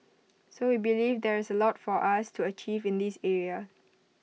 so we believe there is A lot for us to achieve in this area